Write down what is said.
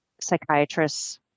psychiatrists